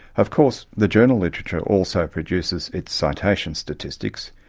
of course the journal literature also produces its citation statistics,